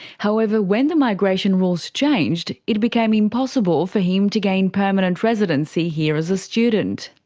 however, when the migration rules changed, it became impossible for him to gain permanent residency here as a student.